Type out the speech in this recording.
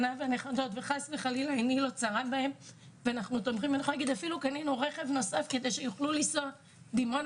קנינו אפילו רכב נוסף כדי שיוכלו לנסוע מדימונה